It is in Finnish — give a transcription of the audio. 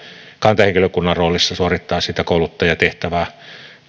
kantahenkilökunnan roolissa suorittavat sitä kouluttajan tehtävää tai